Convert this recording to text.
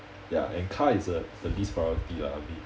ya and car is a the least priority lah I mean